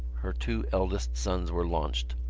her two eldest sons were launched.